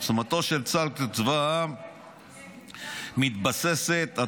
עוצמתו של צה"ל כצבא העם מתבססת על